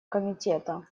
комитета